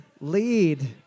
lead